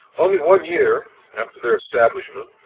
only one year aftertheir establishment,